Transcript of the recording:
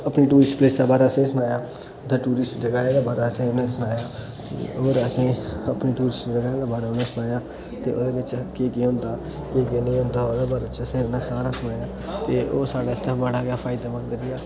अपनी टूरिस्ट प्लेसा बारै असेई सनाया कुत्थै टूरिस्ट जगहा ऐ एहदे बारै असे उनेई सनाया और असेई अपने टूरिस्ट जगहा दे बारै च उनेई उने सनाया ओह्दे बेच्च के के औंदा के के नेई औंदा औह्दे बारै च असेई उन्नै सारा सनाया ते ओ साढ़े आस्तै बड़ा गे फायदेमंद रेआ